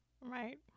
Right